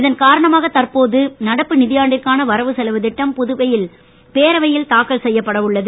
இதன் காரணமாக தற்போது நடப்பு நிதியாண்டிற்கான வரவு செலவு திட்டம் பேரவையில் தாக்கல் செய்யப்பட உள்ளது